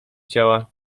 ciała